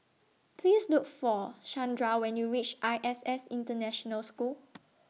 Please Look For Shandra when YOU REACH I S S International School